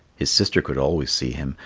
his sister could always see him,